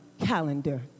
calendar